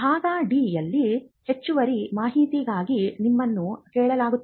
ಭಾಗ ಡಿ ಯಲ್ಲಿ ಹೆಚ್ಚುವರಿ ಮಾಹಿತಿಗಾಗಿ ನಿಮ್ಮನ್ನು ಕೇಳಲಾಗುತ್ತದೆ